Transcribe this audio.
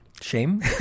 Shame